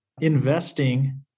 investing